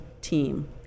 team